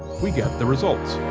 we get the results.